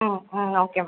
ம் ம் okay ma'am